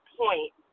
point